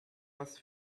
was